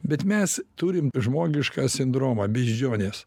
bet mes turim žmogišką sindromą beždžionės